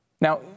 Now